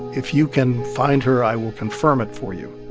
if you can find her, i will confirm it for you.